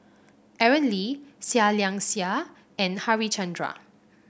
Aaron Lee Seah Liang Seah and Harichandra